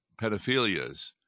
pedophilias